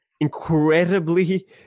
incredibly